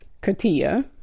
Katia